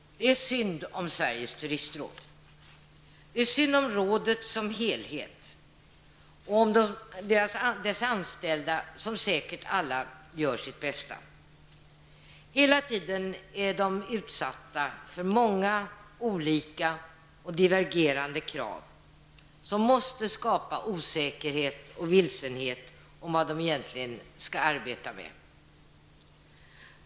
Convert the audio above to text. Det är synd om Sveriges turistråd. Det är synd om rådet som helhet och om dess anställda, som säkert alla gör sitt bästa. Hela tiden är de utsatta för många olika och divergerande krav, som måste skapa osäkerhet och vilsenhet om vad de egentligen skall arbeta med.